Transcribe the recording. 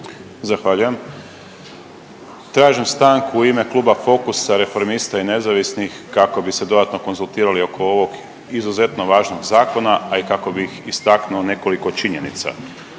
Zahvaljujem. Tražim stanku u ime Kluba Fokusa, Reformista i nezavisnih kako bi se dodatno konzultirali oko ovog izuzetno važnog zakona, a i kako bih istaknuo nekoliko činjenica.